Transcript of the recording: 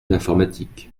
l’informatique